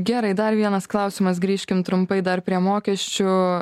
gerai dar vienas klausimas grįžkim trumpai dar prie mokesčių